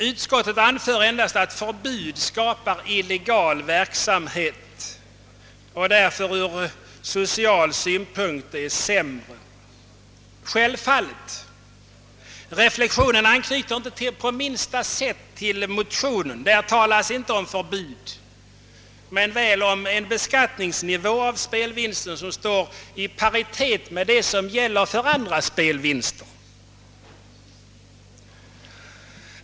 Utskottet anför endast, att förbud skapar illegal verksamhet och därför ur social synpunkt är sämre. Självfallet! Reflexionen anknyter inte på minsta sätt till motionen. I denna talas inte om för bud men väl om en beskattningsnivå i fråga om spelvinster vid hästtävlingar som står i paritet med dem som gäller för andra spelvinster.